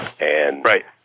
Right